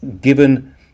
given